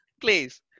please